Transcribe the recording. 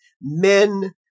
men